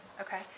Okay